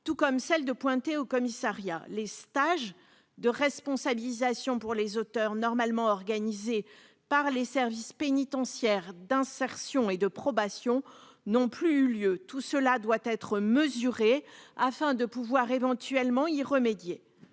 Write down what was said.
tout comme celle de pointer au commissariat les stages de responsabilisation pour les auteurs normalement organisée par les services pénitentiaires d'insertion et de probation n'ont plus lieu, tout cela doit être mesurés afin de pouvoir éventuellement y remédier,